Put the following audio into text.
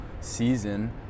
season